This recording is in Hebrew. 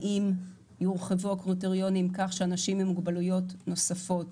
האם יורחבו הקריטריונים כך שאנשים עם מוגבלויות נוספות,